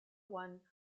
one